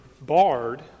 barred